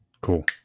Cool